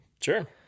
Sure